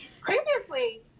previously